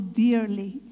dearly